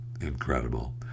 incredible